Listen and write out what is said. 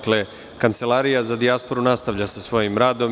Kancelarija za dijasporu nastavlja sa svojim radom.